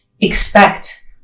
expect